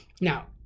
Now